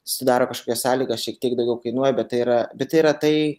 sudaro kažkokias sąlygas šiek tiek daugiau kainuoja bet tai yra bet tai yra tai